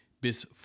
Bis